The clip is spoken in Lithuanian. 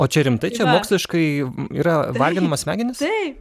o čia rimtai čia moksliškai yra varginamos smegenys